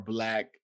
Black